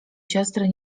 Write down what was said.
siostry